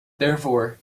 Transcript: therefore